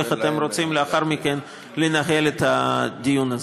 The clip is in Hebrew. איך אתם רוצים לאחר מכן לנהל את הדיון הזה.